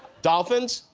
dolphins,